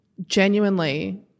genuinely